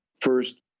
First